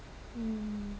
um